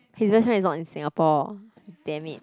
his best friend is not in Singapore damn it